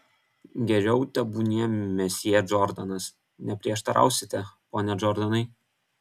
geriau tebūnie mesjė džordanas neprieštarausite pone džordanai